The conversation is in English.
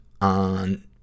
on